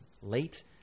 late